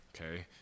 okay